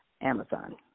Amazon